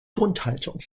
grundhaltung